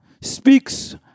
speaks